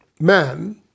man